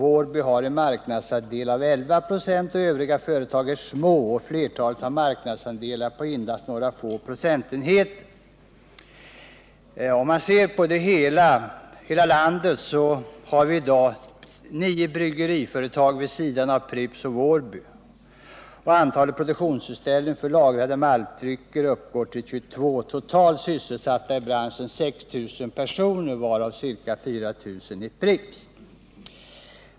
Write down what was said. Wårby Bryggerier har en marknadsandel av 11 96. Övriga företag är små, och flertalet har marknadsandelar på endast några få procentenheter. Om man ser på hela landet, har vi i dag nio bryggeriföretag vid sidan av Pripps och Wårby. Antalet produktionsställen för lagrade maltdrycker uppgår till 22. Totalt är 6 000 personer sysselsatta i branschen, varav ca 4 000 i Pripps.